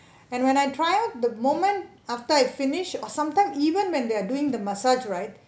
and when I try out the moment after I finish or sometime even even when they are doing the massage right